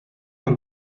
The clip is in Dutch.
een